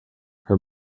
her